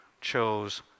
chose